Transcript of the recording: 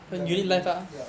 ya my unit ya